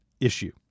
issue